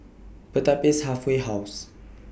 Pertapis Halfway House